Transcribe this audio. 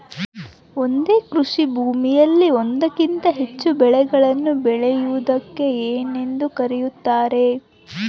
ಒಂದೇ ಕೃಷಿಭೂಮಿಯಲ್ಲಿ ಒಂದಕ್ಕಿಂತ ಹೆಚ್ಚು ಬೆಳೆಗಳನ್ನು ಬೆಳೆಯುವುದಕ್ಕೆ ಏನೆಂದು ಕರೆಯುತ್ತಾರೆ?